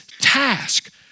task